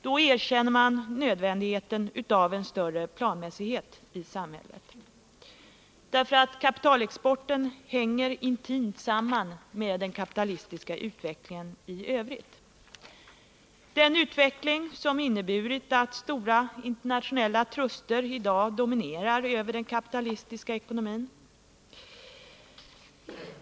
Därmed erkänner man nödvändigheten av en större planmässighet i samhället. Kapitalexporten hänger nämligen intimt samman med den kapitalistiska utvecklingen i övrigt. Det är en utveckling som inneburit att stora internationella truster i dag dominerar den kapitalistiska världsekonomin.